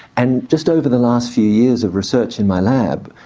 and just over the last few years of research in my lab,